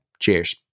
cheers